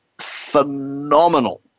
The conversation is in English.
phenomenal